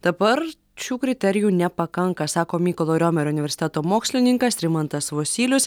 dabar šių kriterijų nepakanka sako mykolo riomerio universiteto mokslininkas rimantas vosylius